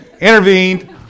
intervened